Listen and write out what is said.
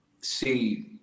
See